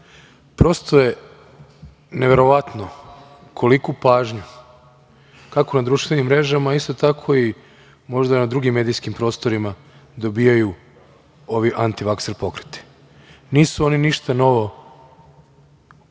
Prosto je neverovatno koliku pažnju, kako na društvenim mrežama, isto tako i možda na drugim medijskim prostorima, dobijaju ovi antivakser pokreti. Nisu oni ništa novo